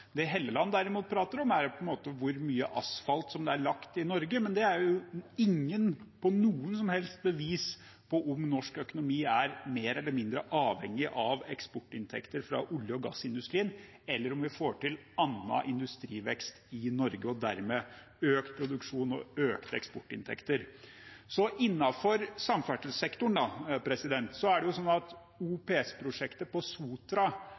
hvor mye asfalt det er lagt i Norge, men det er ikke noe som helst bevis på om norsk økonomi er mer eller mindre avhengig av eksportinntekter fra olje- og gassindustrien, eller om vi får til annen industrivekst i Norge, og dermed økt produksjon og økte eksportinntekter. Innenfor samferdselssektoren